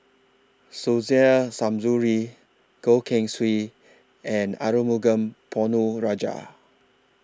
Suzairhe Goh Keng Swee and Arumugam Ponnu Rajah